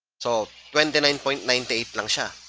so twenty nine point nine eight